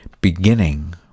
beginning